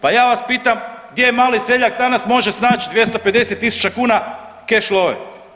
Pa ja vas pitam gdje mali seljak danas može naći 250 000 kuna keš loše?